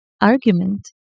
argument